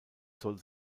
soll